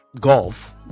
golf